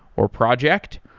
or project.